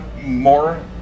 More